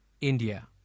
India